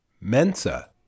Mensa